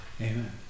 Amen